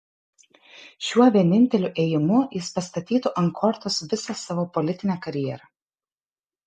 šiuo vieninteliu ėjimu jis pastatytų ant kortos visą savo politinę karjerą